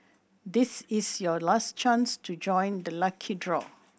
this is your last chance to join the lucky draw